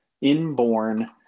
inborn